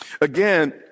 again